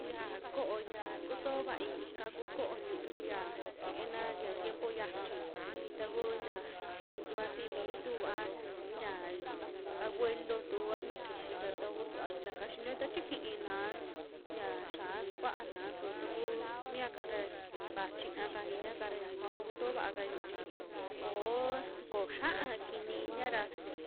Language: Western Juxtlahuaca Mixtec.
Yia ko'o ya kutoovai ika ku ko'o ñu'u ya keena ya tiempo xachi, takuna yuvasii mintu a ya abuelontu, a na kixika taku suva taka xinio ta chi kiina ya xia sukuana su taku miaka ra, vaa chiñaka inia'ka ra yakaa kotoo vaaka yuu chi ko'o, ko xiaa kini inia ra